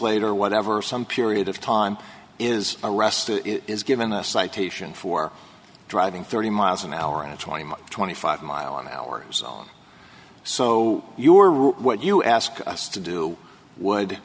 later or whatever some period of time is arrested is given a citation for driving thirty miles an hour twenty five mile an hour zone so you are what you ask us to do would